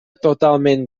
totalment